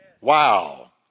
Wow